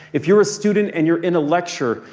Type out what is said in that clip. if you're a student and you're in a lecture,